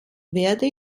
werde